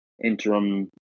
interim